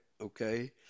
okay